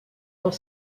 dans